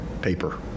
paper